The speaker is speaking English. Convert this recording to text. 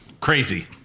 Crazy